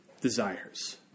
desires